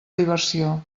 diversió